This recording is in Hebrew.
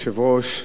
אדוני היושב-ראש,